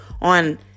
On